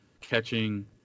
catching